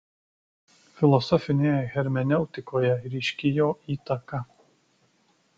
filosofinėje hermeneutikoje ryški jo įtaka